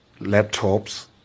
laptops